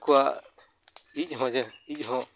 ᱟᱠᱚᱣᱟᱜ ᱤᱡ ᱦᱚᱸ ᱡᱮ ᱤᱡ ᱦᱚᱸ